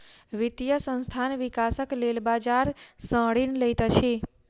वित्तीय संस्थान, विकासक लेल बजार सॅ ऋण लैत अछि